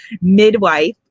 midwife